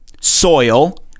soil